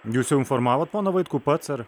jūs informavot poną vaitkų pats ar